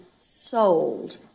sold